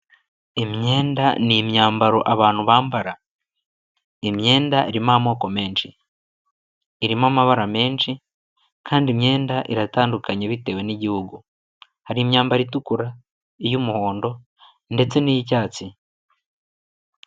Imyenda ni imyambaro abantu bambara, imyenda irimo amoko menshi, irimo amabara menshi kandi imyenda iratandukanye bitewe n'igihugu, hari imyambaro itukura, iy'umuhondo ndetse n'iy'icyatsi.